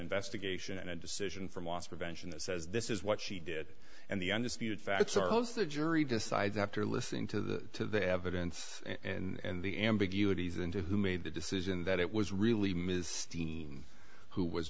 investigation and a decision from loss prevention that says this is what she did and the undisputed facts are those the jury decides after listening to the to the evidence and the ambiguities and who made the decision that it was really ms steen who was